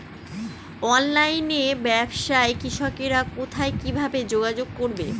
অনলাইনে ব্যবসায় কৃষকরা কোথায় কিভাবে যোগাযোগ করবে?